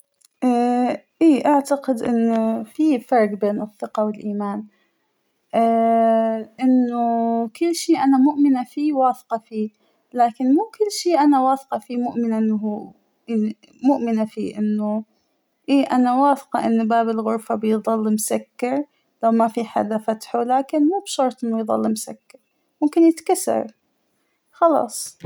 ااا-إى أعتقد إنه فى فرق بين الثقة والإيمان ، إنه كل شى أنا مؤمنة فى واثقة فيه ، لكن مو كل شى أنا واثقة فيه مؤمنة إنه هو مؤمنة فى إنه أنا واثقة إن باب الغرفة بيضل مسكر لو ما فى حدا فتحه ، لكن مو بشرط إنه يضل مسكر، ممكن يتكسر خلاص.